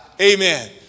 Amen